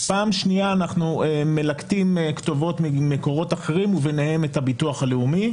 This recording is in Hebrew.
שנייה אנחנו מלקטים כתובות ממקורות אחרים וביניהם ביטוח לאומי,